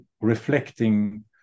reflecting